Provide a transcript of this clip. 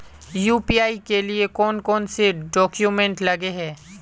UPI के लिए कौन कौन से डॉक्यूमेंट लगे है?